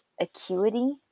acuity